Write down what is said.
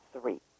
Three